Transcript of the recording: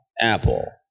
Apple